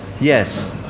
yes